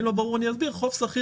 ואם לא ברור אני אסביר, חוב סחיר,